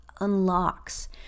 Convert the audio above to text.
unlocks